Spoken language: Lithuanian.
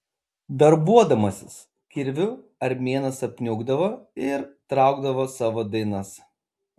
darbuodamasis kirviu armėnas apniukdavo ir traukdavo savo dainas